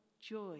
joy